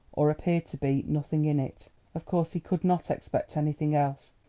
or appeared to be, nothing in it of course he could not expect anything else.